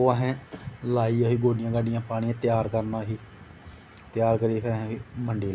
ते ओह् असें लाई ऐही गोड्डी गाड्ढी पानी त्यार करना ही ते फिर त्यार करियै मंडी लेना